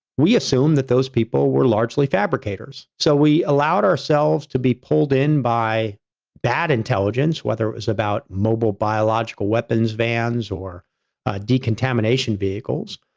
we assume that those people were largely fabricators. so, we allowed allowed ourselves to be pulled in by bad intelligence, whether it was about mobile, biological weapons vans or decontamination vehicles.